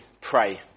pray